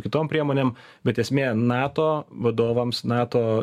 kitom priemonėm bet esmė nato vadovams nato